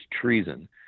treason